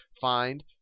find